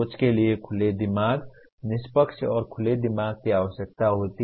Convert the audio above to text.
सोच के लिए खुले दिमाग निष्पक्ष और खुले दिमाग की आवश्यकता होती है